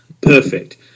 Perfect